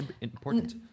important